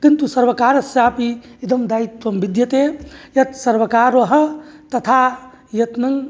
किन्तु सर्वकारस्यापि इदं दायित्वं विद्यते यत् सर्वकारः तथा यत्नं